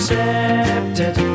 Accepted